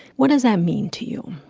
what does that mean to you?